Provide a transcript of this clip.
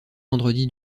vendredi